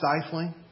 stifling